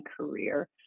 career